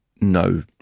no